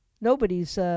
nobody's